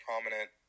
prominent